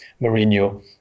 Mourinho